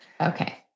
Okay